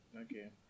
okay